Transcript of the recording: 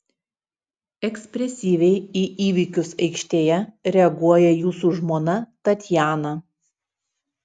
ekspresyviai į įvykius aikštėje reaguoja jūsų žmona tatjana